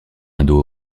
indo